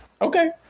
Okay